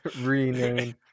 Rename